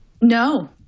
No